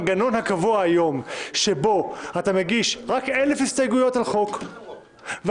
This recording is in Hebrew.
המנגנון הקבוע היום שאתה מגיש רק 1,000 הסתייגויות על חוק ועם